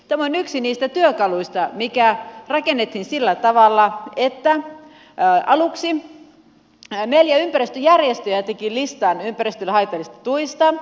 tämä on yksi niistä työkaluista mikä rakennettiin sillä tavalla että aluksi neljä ympäristöjärjestöä teki listan ympäristölle haitallisista tuista